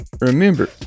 remember